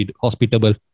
hospitable